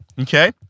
okay